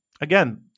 again